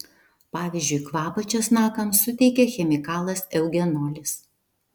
pavyzdžiui kvapą česnakams suteikia chemikalas eugenolis